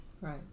right